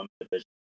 Division